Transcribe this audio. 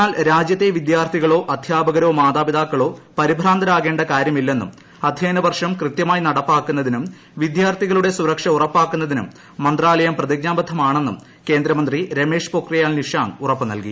എന്നാൽ രാജ്യത്തെ വിദ്യാർത്ഥികളോ അദ്ധ്യാപകരോ മാതാപിതാക്കളോ പരിഭ്രാന്തരാകേണ്ട കാര്യമില്ലെന്നും അദ്ധ്യയന വർഷം കൃത്യമായി നടപ്പാക്കുന്നതിനും വിദ്യാർത്ഥികളുടെ സുരക്ഷ ഉറപ്പാക്കുന്നതിനും മന്ത്രാലയം പ്രതിജ്ഞാബദ്ധമാണെന്നും കേന്ദ്രമന്ത്രി ് രമേശ് പൊക്രിയാൽ നിഷാങ്ക് ഉറപ്പു നൽകി